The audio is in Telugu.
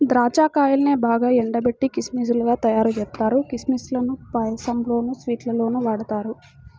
దాచ్చా కాయల్నే బాగా ఎండబెట్టి కిస్మిస్ లుగా తయ్యారుజేత్తారు, కిస్మిస్ లను పాయసంలోనూ, స్వీట్స్ లోనూ వాడతారు